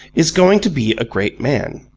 is going to be a great man.